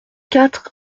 quatre